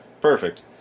Perfect